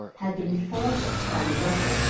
had been forced by russia,